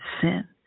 sin